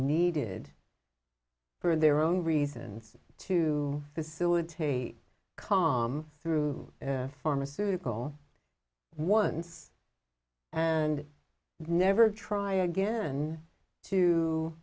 needed for their own reasons to facilitate calm through pharmaceutical once and never try again to